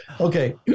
Okay